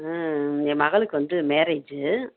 ம் என் மகளுக்கு வந்து மேரேஜி